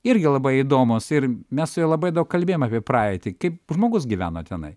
irgi labai įdomūs ir mes su juo labai daug kalbėjom apie praeitį kaip žmogus gyveno tenai